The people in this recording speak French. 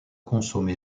consommé